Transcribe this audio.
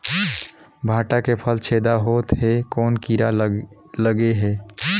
भांटा के फल छेदा होत हे कौन कीरा लगे हे?